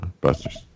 Busters